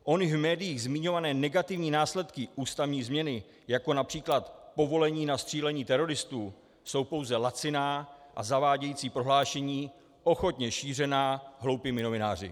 Ony v médiích zmiňované negativní následky ústavní změny, jako např. povolení na střílení teroristů, jsou pouze laciná a zavádějící prohlášení ochotně šířená hloupými novináři.